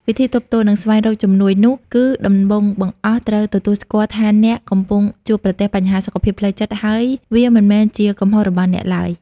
វិធីទប់ទល់ និងស្វែងរកជំនួយនោះ គឺដំបូងបង្អស់ ត្រូវទទួលស្គាល់ថាអ្នកកំពុងជួបប្រទះបញ្ហាសុខភាពផ្លូវចិត្ត ហើយវា មិនមែនជាកំហុសរបស់អ្នក ឡើយ។